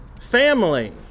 family